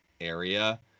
area